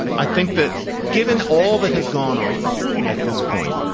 i think that given all that has gone on at this point,